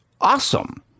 awesome